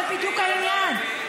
זה בדיוק העניין.